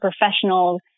professionals